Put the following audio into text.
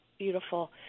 Beautiful